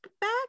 back